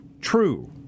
true